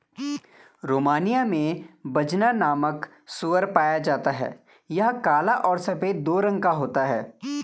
Romania में बजना नामक सूअर पाया जाता है यह काला और सफेद दो रंगो का होता है